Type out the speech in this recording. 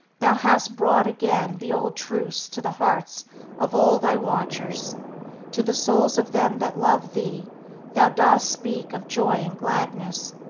thou hast brought again the old truths to the hearts of all thy watchers to the souls of them that love thee thou dost speak of joy and gladness,